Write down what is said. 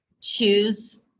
choose